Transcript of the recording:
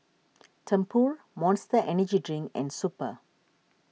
Tempur Monster Energy Drink and Super